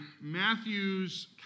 Matthew's